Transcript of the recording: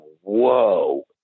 Whoa